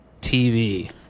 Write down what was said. TV